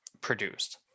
produced